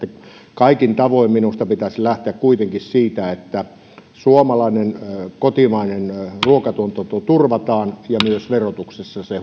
kaikin tavoin minusta pitäisi lähteä kuitenkin siitä että suomalainen kotimainen ruokatuotanto turvataan ja myös verotuksessa se